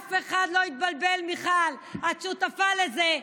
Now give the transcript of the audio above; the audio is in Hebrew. שאף אחד לא יתבלבל, מיכל, את שותפה לזה.